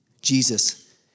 Jesus